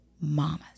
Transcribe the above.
mamas